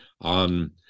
on